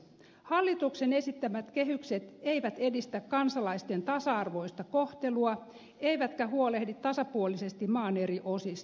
hallituksen esittämät kehykset eivät edistä kansalaisten tasa arvoista kohtelua eivätkä huolehdi tasapuolisesti maan eri osista